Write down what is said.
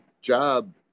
job